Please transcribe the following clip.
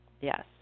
yes